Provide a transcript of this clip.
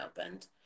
opened